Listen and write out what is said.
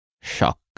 Shock